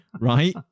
right